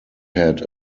had